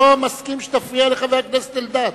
אני לא מסכים בשום אופן שתפריע לחבר הכנסת אלדד.